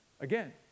again